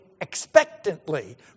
expectantly